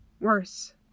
worse